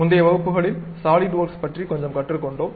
முந்தைய வகுப்புகளில் சாலிட்வொர்க்ஸ் பற்றி கொஞ்சம் கற்றுக்கொண்டோம்